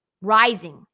rising